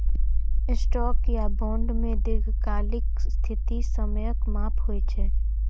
stock या bond मे दीर्घकालिक स्थिति समयक माप होइ छै